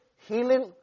healing